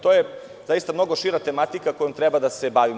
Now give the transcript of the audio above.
To je zaista mnogo šira tematika kojom treba da se bavimo.